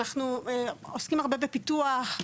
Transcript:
אנחנו עוסקים הרבה בפיתוח,